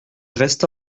resta